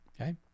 Okay